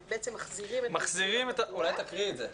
בעצם מחזירים את ה --- אולי תקריאי את זה,